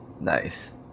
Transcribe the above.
Nice